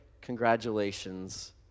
Congratulations